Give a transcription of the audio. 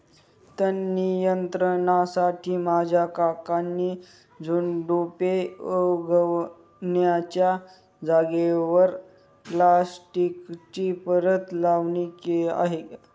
तण नियंत्रणासाठी माझ्या काकांनी झुडुपे उगण्याच्या जागेवर प्लास्टिकची परत लावली आहे